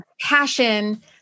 passion